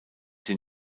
den